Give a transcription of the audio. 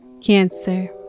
Cancer